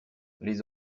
les